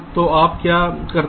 तो आप क्या करते हो